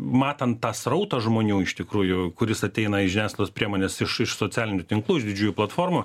matant tą srautą žmonių iš tikrųjų kuris ateina į žiniasklaidos priemones iš iš socialinius tinklų iš didžiųjų platformų